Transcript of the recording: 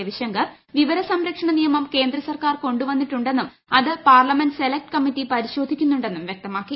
രവിശങ്കർ വിവര സംരക്ഷണനിയമം കേന്ദ്രസർക്കാർ കൊണ്ടു വന്നിട്ടുണ്ടെന്നും അത് പാർലമെന്റ് സെലക്ട് കമ്മിറ്റി പരിശോധിക്കുന്നുണ്ടെന്നും വ്യക്തമാക്കി